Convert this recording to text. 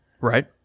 Right